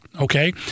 Okay